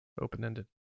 open-ended